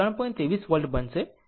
23 volt બનશે